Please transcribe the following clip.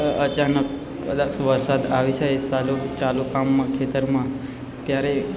અચાનક કદાચ વરસાદ આવી જાય સાલુ ચાલુ કામમાં ખેતરમાં ત્યારે